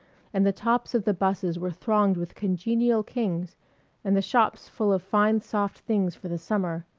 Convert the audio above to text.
and the tops of the busses were thronged with congenial kings and the shops full of fine soft things for the summer,